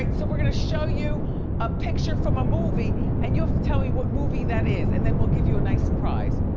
ah so we're gonna show you a picture from a movie and you have to tell me what movie that is and then we'll give you a nice prize,